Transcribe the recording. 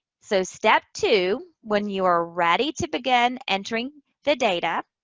so, step two, when you are ready to begin entering the data,